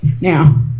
Now